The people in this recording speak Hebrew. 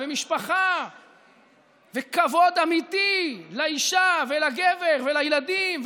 ומשפחה וכבוד אמיתי לאישה ולגבר ולילדים,